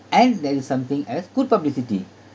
and there is something as good publicity